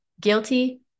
Guilty